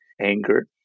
anger